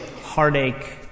heartache